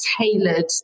tailored